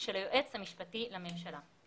של היועץ המשפטי לממשלה.